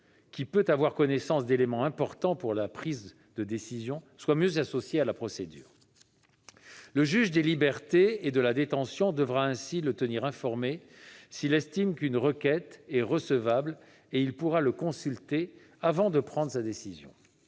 qui peut avoir connaissance d'éléments importants pour la prise de décision, soit mieux associé à la procédure. Le juge des libertés et de la détention devra ainsi le tenir informé s'il estime qu'une requête est recevable et pourra le consulter avant de prendre sa décision.